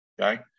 Okay